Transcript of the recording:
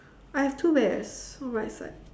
I have two bears on right side